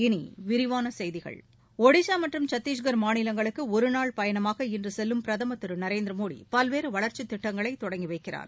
இனி விரிவான செய்திகள் ஒடிசா மற்றும் சத்தீஸ்கர் மாநிலங்களுக்கு ஒருநாள் பயணமாக இன்று செல்லும் பிரதமர் திரு நரேந்திர மோடி பல்வேறு வளர்ச்சி திட்டங்களை தொடங்கி வைக்கிறார்